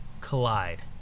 Collide